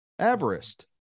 Everest